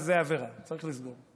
אז זו עבירה וצריך לסגור.